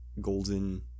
golden